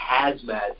hazmat